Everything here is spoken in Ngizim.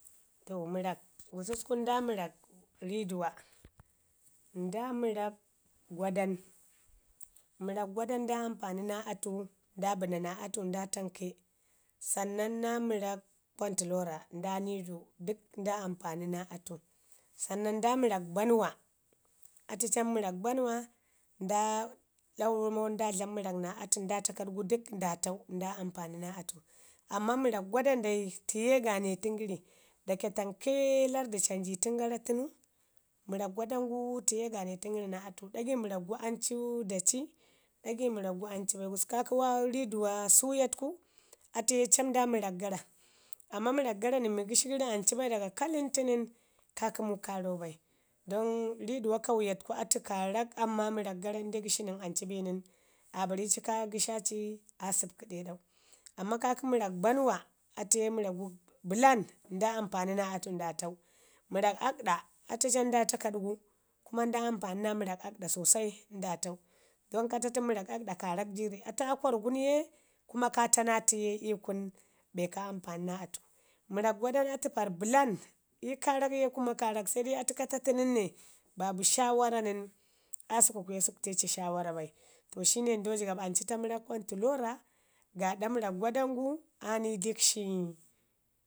To mərrak, gusuku nda mərrak rridama, nda mərrak gwadan, mərrak gwadanu nda ampani naa atu ii tamke sannan naa mərrak Controller nda ni du dək nda ampani naa atu san nan da mərrak ban wa atu cam mərrak bawa sarnam mərrak banwa atu cam nda ampani naa atu. amman mərrak gwandanu dai tiye gane təngəri nda atu. Dagə mərrak gu ancu da ci dagi mərrakgu anlu bai gwaku ka kə riiduwa suya tuku atuye cam nda mərr akgata amma mərak gara nən mii gəshi gəri ancu bai daga kat lənti nən ka kəmu karrakgu bai don rriduwa kauya tuku amman mərrak gara lnde gəshigə ancu bi nən. aa barri ci ka gəshaci aa səbkəɗa, amman kakə mərrak bannwa atiye mərrakgu bəlan nda ampani naa atu nda tan. mərrak aakɗa atu cam nda taakaɗ gu kuma nda ampani naa mərrak aakɗa sosai nda tau. don ka taatən mərrak aakkɗa karrak jure atu aa kwarr dunge kuma ka taa naa atuye ii kun bee ka ampani naa atu. mərrak gwada nu atu parr bəlan ii karrakye atu karr ale sai dai kataa tu nən ne babu sha wara nən aa sukwa kuya bukteci shaw ara bai to shine ndo jigabb ancu taa mərrak controller, gaaɗa mərrak gwa dangu ami dəkshi